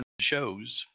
shows